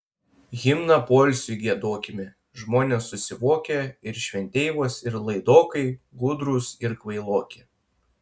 himną poilsiui giedokime žmonės susivokę ir šventeivos ir laidokai gudrūs ir kvailoki